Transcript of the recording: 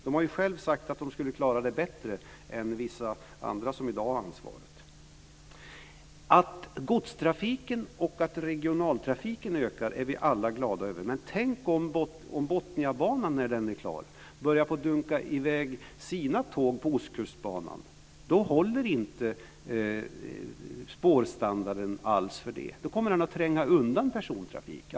De har själva sagt att de skulle klara det bättre än vissa andra som i dag har ansvaret. Att godstrafiken och regionaltrafiken ökar är vi alla glada över, men tänk om Botniabanan när den är klar börjar dunka i väg sina tåg på Ostkustbanan. Då håller inte spårstandarden alls för det, utan de kommer att tränga undan persontrafiken.